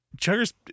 chugger's